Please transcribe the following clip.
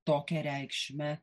tokia reikšme